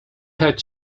had